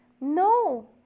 No